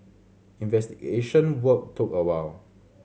investigation work took a while